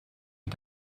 you